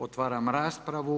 Otvaram raspravu.